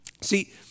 See